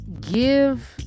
give